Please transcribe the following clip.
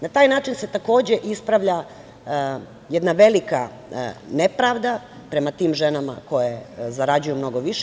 Na taj način se ispravlja jedna velika nepravda prema tim ženama koje zarađuju mnogo više.